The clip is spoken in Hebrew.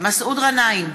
מסעוד גנאים,